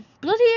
bloody